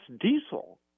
diesel